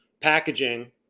packaging